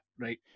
right